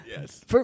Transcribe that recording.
Yes